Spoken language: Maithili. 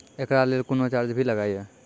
एकरा लेल कुनो चार्ज भी लागैये?